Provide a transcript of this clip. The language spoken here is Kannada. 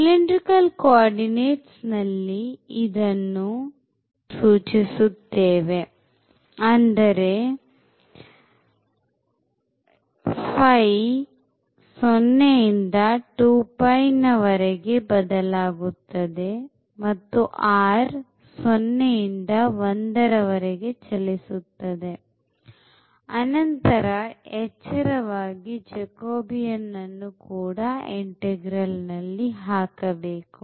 cylindrical coordinates ನಲ್ಲಿ ಇದನ್ನು ಎಂದು ಸೂಚಿಸುತ್ತೇವೆ ಅಂದರೆ 0 ಇಂದ 2π ನ ವರೆಗೆ ಬದಲಾಗುತ್ತದೆ ಮತ್ತು r 0 ಇಂದ1 ವರೆಗೆ ಚಲಿಸುತ್ತದೆ ಅನಂತರ ಎಚ್ಚರವಾಗಿ jacobian ಅನ್ನು ಕೂಡ ಇಂಟೆಗ್ರಲ್ ನಲ್ಲಿ ಹಾಕಬೇಕು